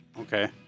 okay